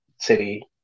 city